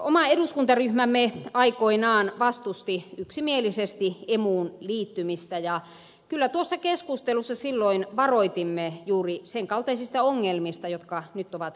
oma eduskuntaryhmämme aikoinaan vastusti yksimielisesti emuun liittymistä ja kyllä tuossa keskustelussa silloin varoitimme juuri sen kaltaisista ongelmista jotka nyt ovat realisoituneet